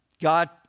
God